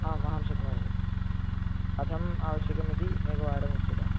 आम् अहं शक्नोमि कथम् आवश्यकमिति एकवारम् उच्यताम्